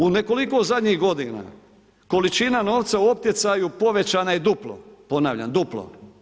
U nekoliko zadnjih godina količina novca u optjecaju povećana je duplo, ponavljam, duplo.